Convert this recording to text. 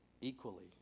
equally